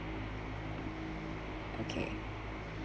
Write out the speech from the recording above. okay